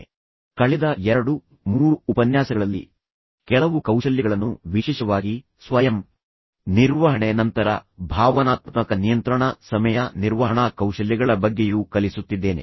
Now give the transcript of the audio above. ನಾನು ಕಳೆದ 2 3 ಉಪನ್ಯಾಸಗಳಲ್ಲಿ ಕೆಲವು ಕೌಶಲ್ಯಗಳನ್ನು ಕಲಿಸುತ್ತಿದ್ದೇನೆ ಮತ್ತು ವಿಶೇಷವಾಗಿ ಸ್ವಯಂ ನಿರ್ವಹಣೆಯ ಬಗ್ಗೆ ತದನಂತರ ಭಾವನಾತ್ಮಕ ನಿಯಂತ್ರಣದ ಬಗ್ಗೆ ಮತ್ತು ಸಮಯ ನಿರ್ವಹಣಾ ಕೌಶಲ್ಯಗಳ ಬಗ್ಗೆಯೂ ಕಲಿಸುತ್ತಿದ್ದೇನೆ